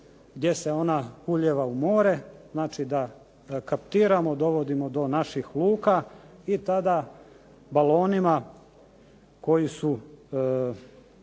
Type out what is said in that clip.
gdje se ona ulijeva u more da dovodimo do naših luka i tada balonima koji su